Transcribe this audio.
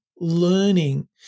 learning